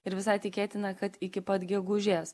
ir visai tikėtina kad iki pat gegužės